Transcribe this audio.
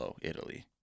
italy